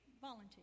volunteer